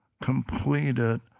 completed